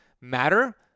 matter